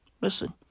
listen